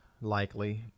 likely